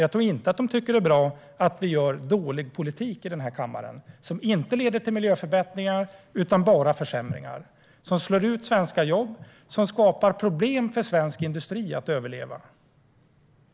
Jag tror inte att de tycker att det är bra att vi gör dålig politik i den här kammaren som inte leder till miljöförbättringar utan bara till miljöförsämringar. Det är en politik som slår ut svenska jobb och som skapar problem för svensk industri att överleva.